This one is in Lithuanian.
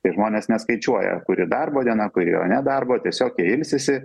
kai žmonės neskaičiuoja kuri darbo diena kuri yra nedarbo tiesiog jie ilsisi